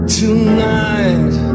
tonight